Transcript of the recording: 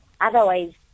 Otherwise